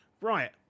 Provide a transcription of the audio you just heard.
right